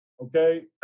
okay